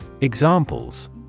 Examples